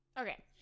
Okay